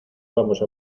vamos